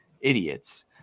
idiots